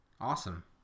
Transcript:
Awesome